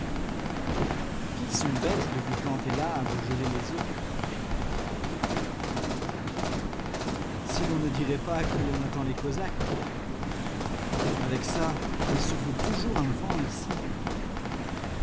qu'ils sont bêtes de vous planter là à vous geler les os continua étienne si l'on ne dirait pas que l'on attend les cosaques avec ça il souffle toujours un vent ici